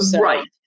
Right